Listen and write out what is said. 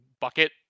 Bucket